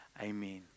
Amen